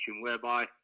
whereby